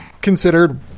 considered